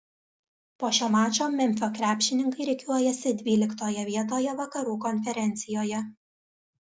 po šio mačo memfio krepšininkai rikiuojasi dvyliktoje vietoje vakarų konferencijoje